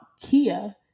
kia